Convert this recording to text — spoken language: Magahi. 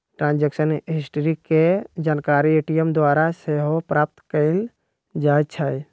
ट्रांजैक्शन हिस्ट्री के जानकारी ए.टी.एम द्वारा सेहो प्राप्त कएल जाइ छइ